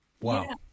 Wow